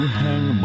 hang